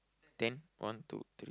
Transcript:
ten one two three